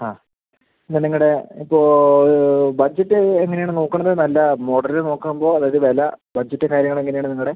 ആ പിന്നെ നിങ്ങളുടെ ഇപ്പോൾ ബഡ്ജറ്റ് എങ്ങനെ ആണ് നോക്കുന്നത് നല്ല മോഡല് നോക്കുമ്പോൾ അതായത് വില ബഡ്ജറ്റ് കാര്യങ്ങൾ എങ്ങനെ ആണ് നിങ്ങളുടെ